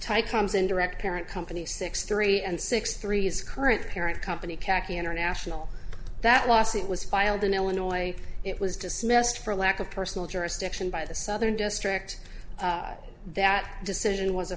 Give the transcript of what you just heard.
type comes in direct parent company six three and six three years current parent company khaki international that lawsuit was filed in illinois it was dismissed for lack of personal jurisdiction by the southern district that decision was a